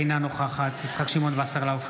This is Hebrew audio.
אינה נוכחת יצחק שמעון וסרלאוף,